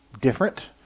different